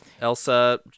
Elsa